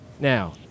Now